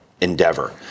endeavor